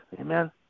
Amen